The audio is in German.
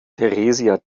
theresia